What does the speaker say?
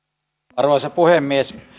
arvoisa puhemies